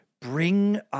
bring